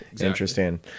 Interesting